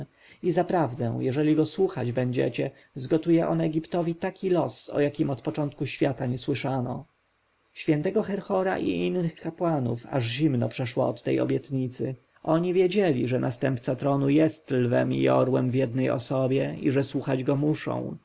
zaprawdę jeżeli go słuchać będziecie zgotuje on egiptowi taki los o jakim od początku świata nie słyszano świętego herhora i innych kapłanów aż zimno przeszło od tej obietnicy oni wiedzieli że następca tronu jest lwem i orłem w jednej osobie i że słuchać go muszą